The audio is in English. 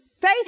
Faith